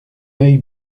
œil